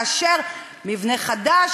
מאשר מבנה חדש,